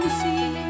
see